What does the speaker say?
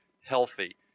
healthy